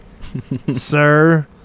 sir